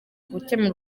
gukemura